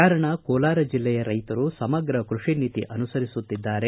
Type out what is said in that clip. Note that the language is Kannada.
ಕಾರಣ ಕೋಲಾರ ಜಿಲ್ಲೆಯ ರೈತರು ಸಮಗ್ರ ಕೃಷಿ ನೀತಿ ಅನುಸರಿಸುತ್ತಿದ್ದಾರೆ